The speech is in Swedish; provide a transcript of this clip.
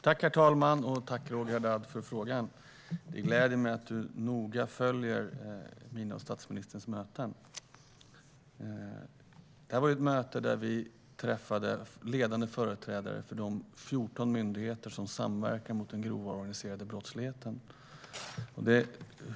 Herr talman! Tack för frågan, Roger Haddad! Det gläder mig att du noga följer mina och statsministerns möten. Detta var ett möte där vi träffade ledande företrädare för de 14 myndigheter som samverkar mot den grova organiserade brottsligheten.